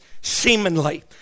seemingly